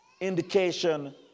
indication